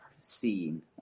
seen